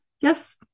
yes